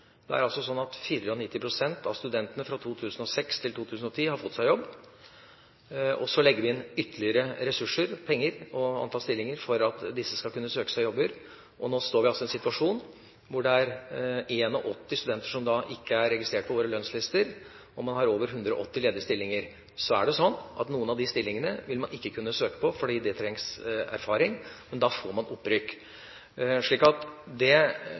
Det er altså slik at 94 pst. av studentene fra 2006 til 2010 har fått seg jobb, og så legger vi inn ytterligere ressurser – penger og antall stillinger – for at studentene skal kunne søke seg jobber. Nå står vi altså i en situasjon hvor det er 81 studenter som ikke er registrert i våre lønnslister, og vi har over 180 ledige stillinger. Noen av de stillingene vil man ikke kunne søke på fordi det trengs erfaring, men da får man opprykk. Jeg syns vel at vi alle skal merke oss det,